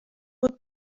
would